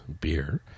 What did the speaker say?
beer